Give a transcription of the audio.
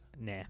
Nah